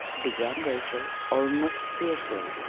began rachel almost fiercely.